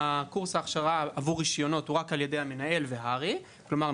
קורס ההכשרה עבור רישיונות הוא רק על ידי המנהל והר"י כלומר,